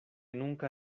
nunca